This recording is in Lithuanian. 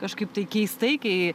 kažkaip tai keistai kai